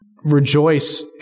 rejoice